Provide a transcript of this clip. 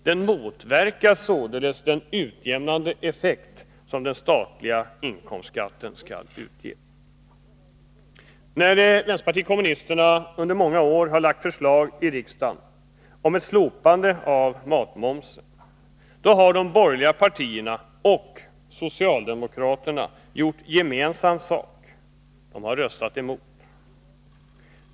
Den motverkar således den utjämnande effekt som den statliga inkomstskatten skall ge. Vänsterpartiet kommunisterna har under många år lagt fram förslag i riksdagen om ett slopande av matmomsen, men de borgerliga partierna och socialdemokraterna har då gjort gemensam sak — de har röstat emot våra förslag.